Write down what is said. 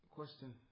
question